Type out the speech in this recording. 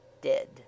dead